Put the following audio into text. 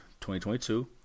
2022